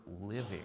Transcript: living